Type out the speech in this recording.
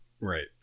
Right